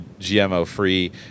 GMO-free